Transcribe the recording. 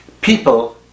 people